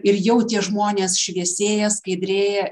ir jau tie žmonės šviesėja skaidrėja